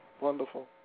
Wonderful